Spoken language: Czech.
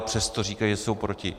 Přesto říkají, že jsou proti.